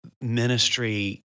ministry